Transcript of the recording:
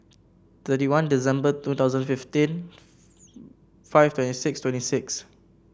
thirty one December two thousand fifteen five twenty six twenty six